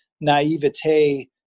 naivete